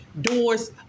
Doors